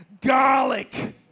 garlic